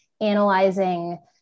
analyzing